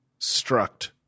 struct